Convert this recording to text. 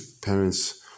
parents